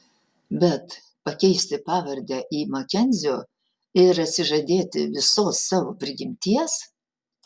bet pakeisti pavardę į makenzio ir atsižadėti visos savo prigimties